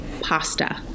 pasta